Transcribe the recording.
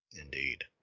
indeed